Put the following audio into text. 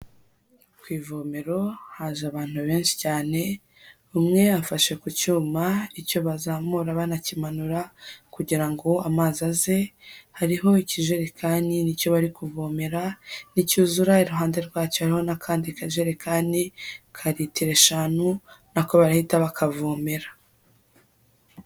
Ku ivomero haje abantu benshi cyane, umwe afashe ku cyuma, icyo bazamura banakimanura kugira ngo amazi aze, hariho ikijerekani ni cyo bari kuvomera, nicyuzura iruhande rwacyo hariho n'akandi kajerekani ka ritiro eshanu na ko barahita bakavomera.